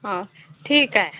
हां ठीक आहे